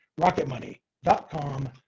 Rocketmoney.com